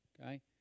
Okay